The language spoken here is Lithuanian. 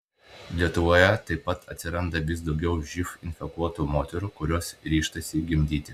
lietuvoje taip pat atsiranda vis daugiau živ infekuotų moterų kurios ryžtasi gimdyti